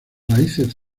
raíces